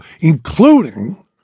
including